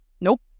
Nope